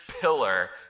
pillar